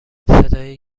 صدای